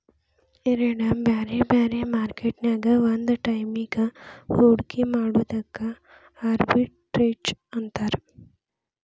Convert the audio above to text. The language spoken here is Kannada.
ಎರಡ್ ಬ್ಯಾರೆ ಬ್ಯಾರೆ ಮಾರ್ಕೆಟ್ ನ್ಯಾಗ್ ಒಂದ ಟೈಮಿಗ್ ಹೂಡ್ಕಿ ಮಾಡೊದಕ್ಕ ಆರ್ಬಿಟ್ರೇಜ್ ಅಂತಾರ